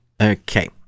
okay